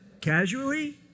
casually